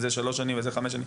וזה שלוש שנים וזה חמש שנים.